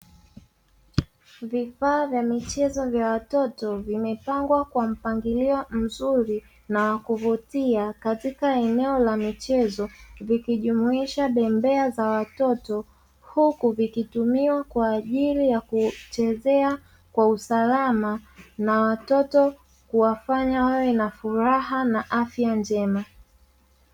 Vifaa vya michezo vya watoto vimepangwa kwa mpangilio mzuri na wakuvutia katika eneo la michezo, vikijumuisha bembea za watoto huku vikitumiwa kwa ajili ya kuchezea kwa usalama na watoto kuwafanya wawe na furaha na afya njema.